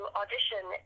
audition